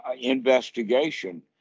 investigation